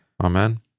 Amen